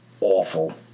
awful